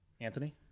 anthony